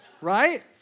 right